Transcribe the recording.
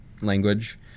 language